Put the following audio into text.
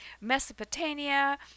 Mesopotamia